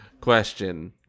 question